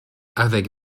avec